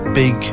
big